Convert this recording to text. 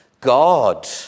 God